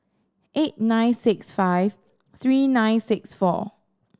eight nine six five three nine six four